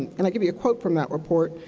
and i'll give you a quote from that report.